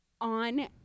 on